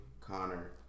Connor